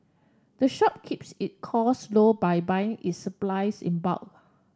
the shop keeps it costs low by buying its supplies in bulk